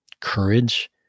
Courage